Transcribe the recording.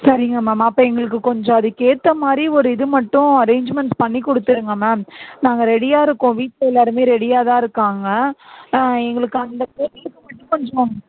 சரிங்க மேம் அப்போ எங்களுக்கு கொஞ்சம் அதுக்கேற்ற மாதிரி ஒரு இது மட்டும் அரேஞ்ச்மெண்ட் பண்ணி கொடுத்துருங்க மேம் நாங்கள் ரெடியா இருக்கோம் வீட்டில் எல்லாருமே ரெடியாக தான் இருக்காங்க எங்களுக்கு அந்த இது மட்டும் கொஞ்சம்